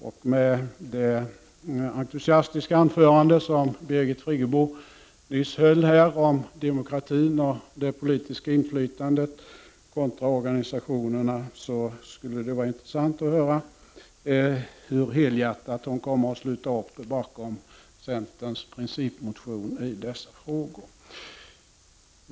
Med tanke på det entusiastiska anförande som Birgit Friggebo nyss höll om demokratin och det politiska inflytandet kontra organisationer skall det bli intressant att se hur helhjärtat Birgit Friggebo kommer att sluta upp bakom centerns principmotion i denna fråga.